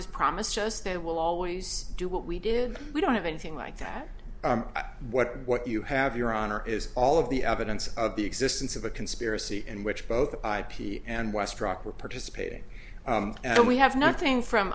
has promised us they will always do what we did we don't have anything like that what what you have your honor is all of the evidence of the existence of a conspiracy in which both ip and west rock were participating and we have nothing from